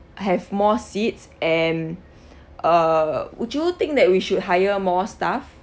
have more seats and uh would you think that we should hire more staff